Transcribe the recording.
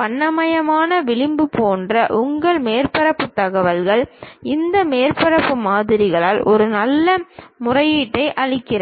வண்ணமயமான விளிம்பு போன்ற உங்கள் மேற்பரப்பு தகவல்கள் இந்த மேற்பரப்பு மாதிரிகளால் ஒரு நல்ல முறையீட்டை அளிக்கிறது